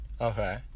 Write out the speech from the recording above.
Okay